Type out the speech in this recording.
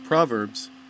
Proverbs